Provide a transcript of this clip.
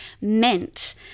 meant